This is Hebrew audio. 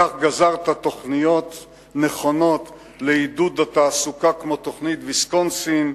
כך גזרת תוכניות נכונות לעידוד התעסוקה כמו תוכנית ויסקונסין,